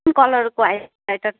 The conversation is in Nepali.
कुन कलरको हाइलाइटर